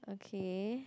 okay